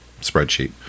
spreadsheet